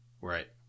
Right